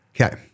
Okay